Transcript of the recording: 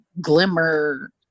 glimmer